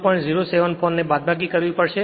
074 ને બાદબાકી કરવી પડશે